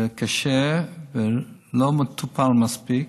וקשה, ולא מטופל מספיק.